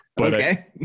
Okay